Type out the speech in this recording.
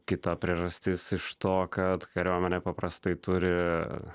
kita priežastis iš to kad kariuomenė paprastai turi